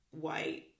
white